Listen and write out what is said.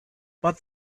but